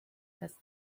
test